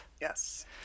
Yes